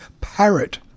parrot